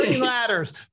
ladders